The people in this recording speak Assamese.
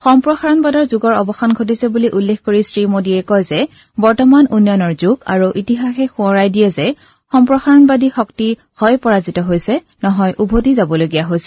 সম্প্ৰসাৰণবাদৰ যুগৰ অৱসান ঘটিছে বুলি উল্লেখ কৰি শ্ৰী মোদীয়ে কয় যে বৰ্তমান উন্নয়নৰ যুগ আৰু ইতিহাসে সোঁৱৰাই দিয়ে যে সম্প্ৰসাৰণবাদী শক্তি হয় পৰাজিত হৈছে নহয় উভতি যাবলগীয়া হৈছে